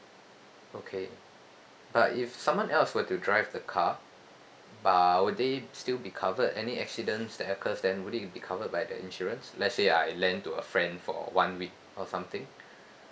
okay but if someone else were to drive the car uh will they still be covered any accidents that occurs will it be covered by the insurance let's say I lend to a friend for one week or something